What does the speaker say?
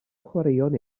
chwaraeon